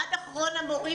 עד אחרון המורים